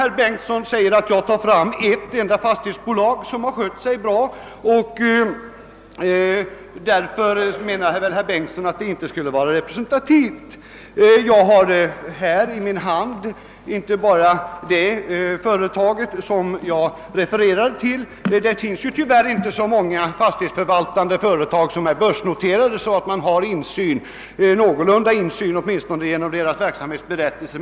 Herr Bengtson i Solna sade att jag pekat på ett enda fastighetsbolag som skött sig bra, och han menade väl att det inte skulle vara representativt. Jag har i min hand papper med uppgifter inte bara från det företag som jag hänvisade till, utan även från andra — det finns tyvärr inte så många fastighetsförvaltande företag som är börsnoterade och som man därför har insyn i genom deras verksamhetsberättelser.